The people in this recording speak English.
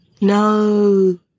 No